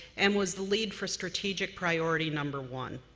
and was the lead for strategic priority number one.